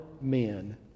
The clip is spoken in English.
men